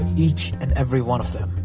each and every one of them,